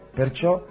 perciò